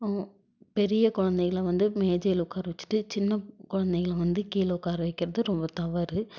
பெரிய குழந்தைங்களை வந்து மேஜையில் உட்கார வெச்சுட்டு சின்ன குழந்தைங்கள வந்து கீழே உட்கார வைக்கிறது ரொம்ப தவறு